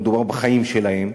מדובר בחיים שלהם,